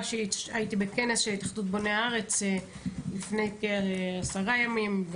שהייתי בכנס של התאחדות בוני הארץ לפני כעשרה ימים,